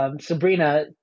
Sabrina